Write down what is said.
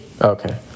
Okay